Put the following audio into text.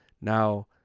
now